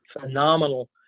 phenomenal